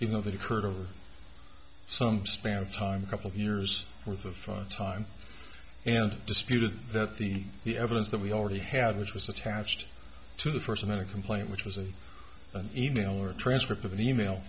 you know that occurred of some span of time couple of years worth of time and disputed that the the evidence that we already had which was attached to the first in a complaint which was an email or a transcript of an e mail